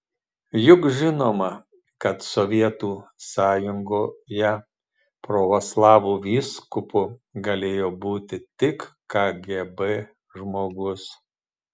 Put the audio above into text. juk žinoma kad sovietų sąjungoje pravoslavų vyskupu galėjo būti tik kgb žmogus